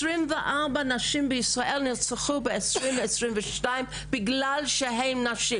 24 נשים בישראל נרצחו ב-2022 בגלל שהן נשים.